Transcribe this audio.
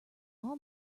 all